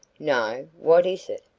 no, what is it?